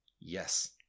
Yes